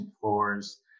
floors